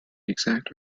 exact